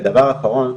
ודבר אחרון,